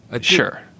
Sure